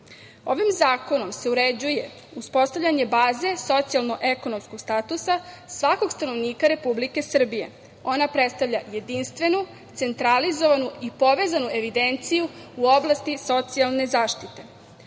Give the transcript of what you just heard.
zakonom se uređuje uspostavljanje baze socijalno-ekonomskog statusa svakog stanovnika Republike Srbije. Ona predstavlja jedinstvenu centralizovanu i povezanu evidenciju u oblasti socijalne zaštite.